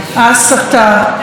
האלימות המילולית,